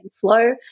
flow